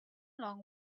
long